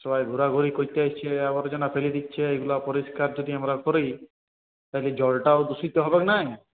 সবাই ঘোরাঘুরি করতে আসছে আবর্জনা ফেলে দিচ্ছে এগুলো পরিষ্কার যদি আমরা করি তাহলে জলটাও দূষিত হবে না